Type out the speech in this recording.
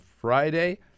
Friday